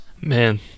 Man